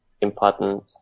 important